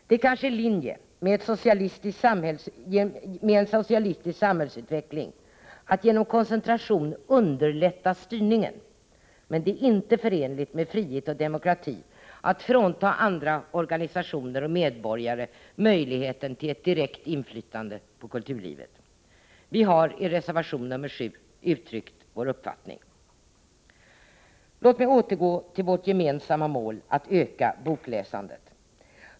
Det är kanske i linje med en socialistisk samhällsutveckling att genom koncentration underlätta styrningen, men det är inte förenligt med frihet och demokrati att frånta andra organisationer och medborgare möjligheten till ett direkt inflytande på kulturlivet. Vi har i reservation 7 uttryckt vår uppfattning. Låt mig återgå till vårt gemensamma mål att öka bokläsandet.